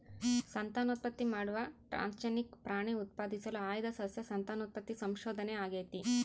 ಸಂತಾನೋತ್ಪತ್ತಿ ಮಾಡುವ ಟ್ರಾನ್ಸ್ಜೆನಿಕ್ ಪ್ರಾಣಿ ಉತ್ಪಾದಿಸಲು ಆಯ್ದ ಸಸ್ಯ ಸಂತಾನೋತ್ಪತ್ತಿ ಸಂಶೋಧನೆ ಆಗೇತಿ